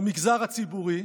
המגזר הציבורי,